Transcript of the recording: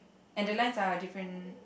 and the lines are different